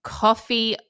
coffee